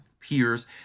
peers